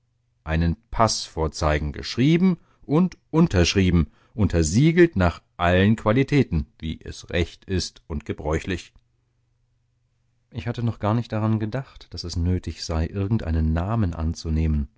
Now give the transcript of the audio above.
einen paß vorzeigen geschrieben und unterschrieben untersiegelt nach allen qualitäten wie es recht ist und gebräuchlich ich hatte noch gar nicht daran gedacht daß es nötig sei irgendeinen namen anzunehmen